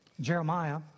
Jeremiah